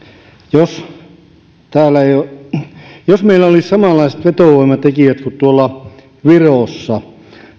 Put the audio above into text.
jos meillä olisi samanlaiset vetovoimatekijät kuin virossa